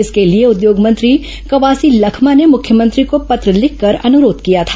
इसके लिए उद्योग मंत्री कवासी लखमा ने मुख्यमंत्री को पत्र लिखकर अनुरोध किया था